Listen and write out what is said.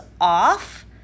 off